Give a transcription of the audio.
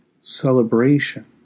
celebration